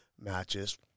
matches